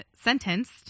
sentenced